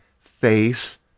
face